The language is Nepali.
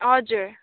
हजुर